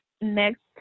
next